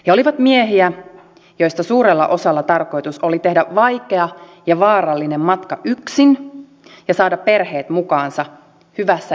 he olivat miehiä joista suurella osalla tarkoitus oli tehdä vaikea ja vaarallinen matka yksin ja saada perheet mukaansa hyvässä järjestyksessä